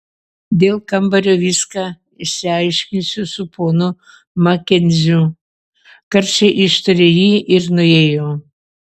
dėl kambario viską išsiaiškinsiu su ponu makenziu karčiai ištarė ji ir nuėjo